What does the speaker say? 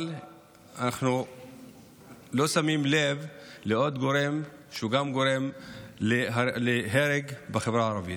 אבל אנחנו לא שמים לב לעוד גורם שגורם להרג בחברה הערבית.